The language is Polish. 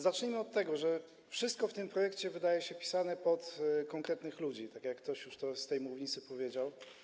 Zacznijmy od tego, że wszystko w tym projekcie wydaje się pisane pod konkretnych ludzi, jak już ktoś z tej mównicy powiedział.